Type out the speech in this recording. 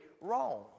wrong